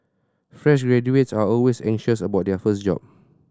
fresh graduates are always anxious about their first job